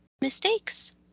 mistakes